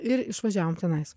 ir išvažiavom tenais